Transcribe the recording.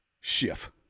shift